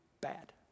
bad